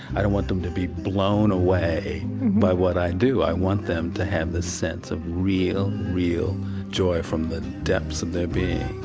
i don't want them to be blown away by what i do, i want them to have this sense of real, real joy from the depths of their being.